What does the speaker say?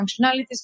functionalities